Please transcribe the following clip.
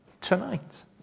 tonight